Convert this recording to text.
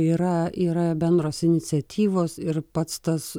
yra yra bendros iniciatyvos ir pats tas